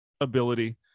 ability